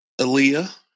Aaliyah